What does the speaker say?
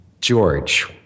George